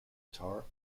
guitar